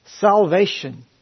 salvation